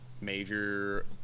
major